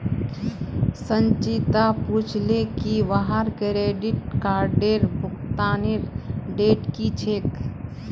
संचिता पूछले की वहार क्रेडिट कार्डेर भुगतानेर डेट की छेक